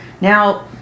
Now